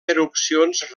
erupcions